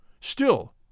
Still